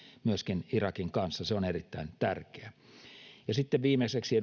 myöskin irakin kanssa se on erittäin tärkeää sitten viimeiseksi